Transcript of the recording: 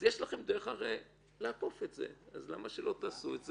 יש לכם דרך לעקוף את זה, אז למה שלא תעשו את זה?